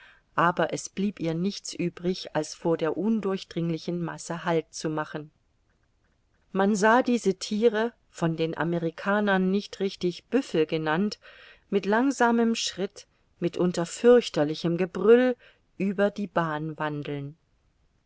aber es blieb ihr nichts übrig als vor der undurchdringlichen masse halt zu machen man sah diese thiere von den amerikanern nicht richtig büffel genannt mit langsamem schritt mitunter fürchterlichem gebrüll über die bahn